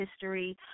history